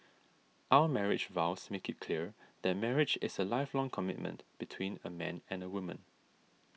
our marriage vows make it clear that marriage is a lifelong commitment between a man and woman